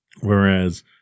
Whereas